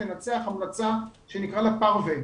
לנסח המלצה שנקרא לה פרווה,